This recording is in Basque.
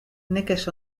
nekez